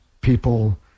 people